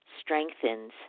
strengthens